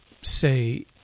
say